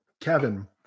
Kevin